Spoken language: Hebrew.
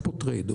יש פה טרייד-אוף